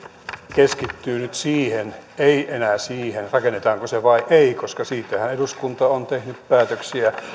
keskittyy nyt siihen ei enää siihen rakennetaanko se vai ei koska siitähän eduskunta on tehnyt päätöksiä